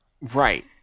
Right